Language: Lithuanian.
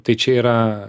tai čia yra